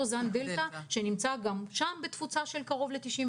זן דלתא שנמצא גם בתפוצה של קרוב ל-99%,